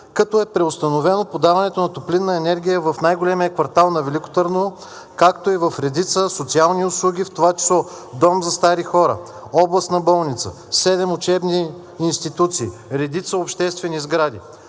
като е преустановено подаването на топлинна енергия в най-големия квартал на Велико Търново, както и в редица социални услуги, в това число дом за стари хора, областна болница, седем учебни институции, редица обществени сгради.